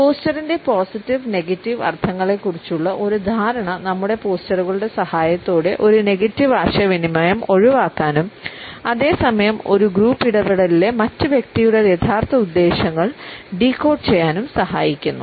പോസ്ചറിന്റെ positive negative അർത്ഥങ്ങളെക്കുറിച്ചുള്ള ഒരു ധാരണ നമ്മുടെ പോസ്ചറുകളുടെ സഹായത്തോടെ ഒരു നെഗറ്റീവ് ആശയവിനിമയം ഒഴിവാക്കാനും അതേ സമയം ഒരു ഗ്രൂപ്പ് ഇടപെടലിലെ മറ്റ് വ്യക്തിയുടെ യഥാർത്ഥ ഉദ്ദേശ്യങ്ങൾ ഡീകോഡ് ചെയ്യാനും സഹായിക്കുന്നു